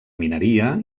mineria